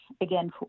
again